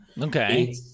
Okay